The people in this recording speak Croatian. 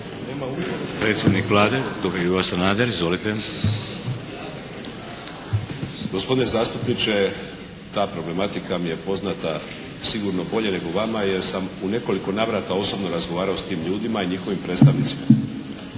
Vlade doktor Ivo Sanader. Izvolite. **Sanader, Ivo (HDZ)** Gospodine zastupniče, ta problematika mi je poznata sigurno bolje nego vama jer sam u nekoliko navrata osobno razgovarao s tim ljudima i njihovim predstavnicima.